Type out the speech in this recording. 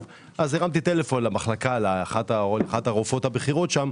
אז הרמתי טלפון לאחת הרופאות הבכירות במחלקה,